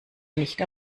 nicht